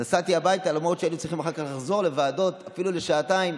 נסעתי הביתה אפילו לשעתיים,